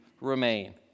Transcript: remain